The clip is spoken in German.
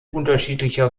unterschiedlicher